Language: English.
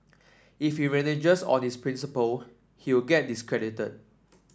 if he reneges on his principle he will get discredited